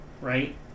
right